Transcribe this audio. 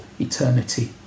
eternity